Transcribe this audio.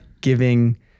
giving